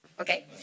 okay